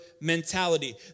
mentality